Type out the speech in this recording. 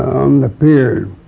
on the pier.